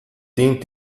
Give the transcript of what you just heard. teen